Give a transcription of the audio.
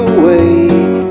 away